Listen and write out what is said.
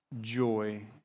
joy